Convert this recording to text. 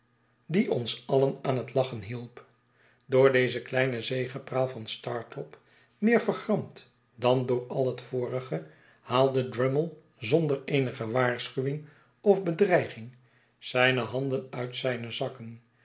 die ons alien aan het lachen hielp door deze kleine zegepraal van startop meer vergramd dan door al het vorige haalde drummle zonder eenige waarschuwing of bedreiging zyne handen uit zijne zakken